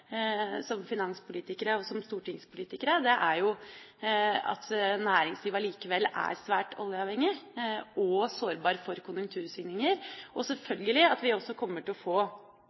som finanspolitikere og som stortingspolitikere, er jo at næringslivet allikevel er svært oljeavhengig og sårbart for konjunktursvingninger, og selvfølgelig også at det kommer til å